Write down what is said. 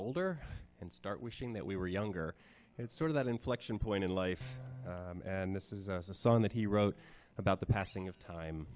older and start wishing that we were younger it's sort of that inflection point in life and this is a song that he wrote about the passing of time